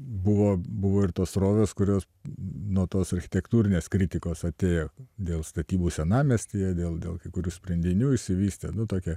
buvo buvo ir tos srovės kurios nuo tos architektūrinės kritikos atėjo dėl statybų senamiestyje dėl kurių sprendinių išsivystė nutuokia